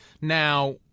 Now